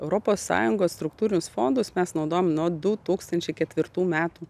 europos sąjungos struktūrinius fondus mes naudojam nuo du tūkstančiai ketvirtų metų